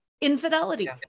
infidelity